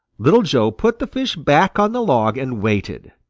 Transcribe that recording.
little joe put the fish back on the log and waited.